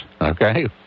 okay